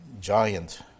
giant